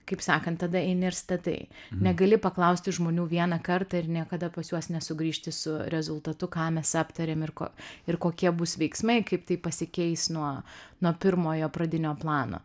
kaip sakant tada eini ir statai negali paklausti žmonių vieną kartą ir niekada pas juos nesugrįžti su rezultatu ką mes aptarėm ir ko ir kokie bus veiksmai kaip tai pasikeis nuo nuo pirmojo pradinio plano